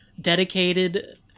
dedicated